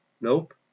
Nope